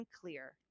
clear